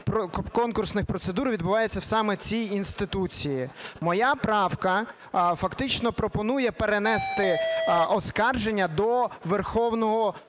конкурсних процедур відбувається саме в цій інституції. Моя правка фактично пропонує перенести оскарження до Верховного